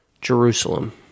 Jerusalem